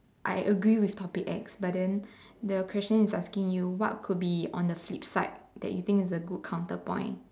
I agree with topic X but then the question is asking you what could be on the flip side that you think is a good counter point